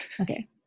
Okay